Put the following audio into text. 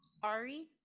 Sorry